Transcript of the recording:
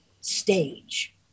stage